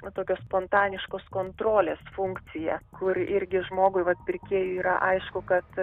na tokios spontaniškos kontrolės funkciją kur irgi žmogui vat pirkėjui yra aišku kad